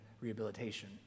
rehabilitation